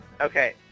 Okay